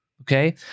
Okay